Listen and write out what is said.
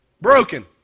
broken